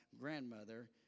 grandmother